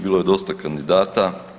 Bilo je dosta kandidata.